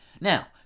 Now